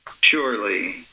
Surely